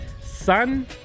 Sun